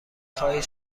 خواهید